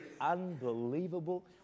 unbelievable